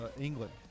England